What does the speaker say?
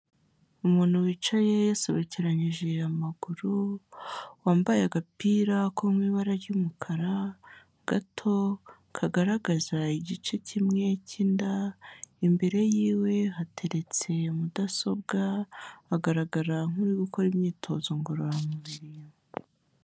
Umuntu wicaye yasobekeranyije amaguru, wambaye agapira ko mu ibara ry'umukara gato, kagaragaza igice kimwe cy'inda, imbere yiwe hateretse mudasobwa, agaragara nk'uri gukora imyitozo ngororamubiri.